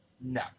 no